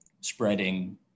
spreading